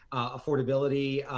affordability,